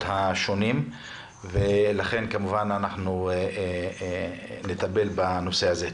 השונים ולכן כמובן אנחנו נטפל בנושא הזה.